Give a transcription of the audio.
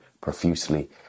profusely